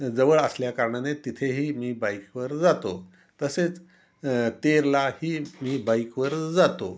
जवळ असल्याकारणाने तिथेही मी बाईकवर जातो तसेच तेरला ही मी बाईकवर जातो